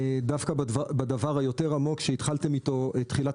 דווקא בדבר היותר עמוק שהתחלתם אתו בתחילת